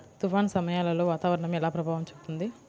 తుఫాను సమయాలలో వాతావరణం ఎలా ప్రభావం చూపుతుంది?